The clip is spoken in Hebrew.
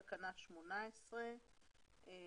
תקנה 18 לתקנות ייפוי כוח מתמשך.